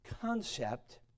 concept